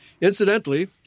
Incidentally